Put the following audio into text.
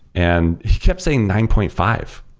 and he kept saying nine point five,